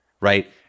right